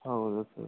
ಹೌದಾ ಸರಿ